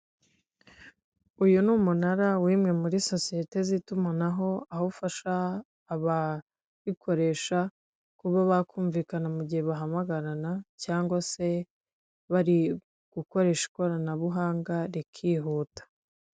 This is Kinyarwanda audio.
Uyu ni umunara w'imwe muri sosiyete z'itumanaho aho ufasha abarikoresha kuba bakumvikana mu gihe bahamagarana, cyangwa se bari gukoresha ikoranabuhanga rikihuta.